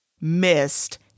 missed